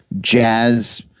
jazz